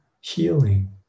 healing